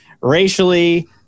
racially